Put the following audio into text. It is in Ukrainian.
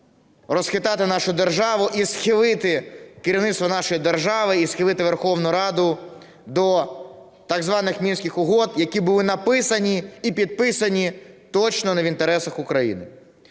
розхитати нашу державу і схилити керівництво нашої держави, і схилити Верховну Раду до так званих Мінських угод, які були написані і підписані точно не в інтересах України.